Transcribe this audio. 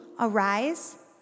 arise